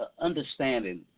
understanding